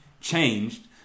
changed